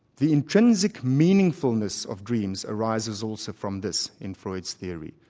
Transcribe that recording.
the intrinsic meaningfulness of dreams arises also from this in freud's theory.